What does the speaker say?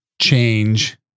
change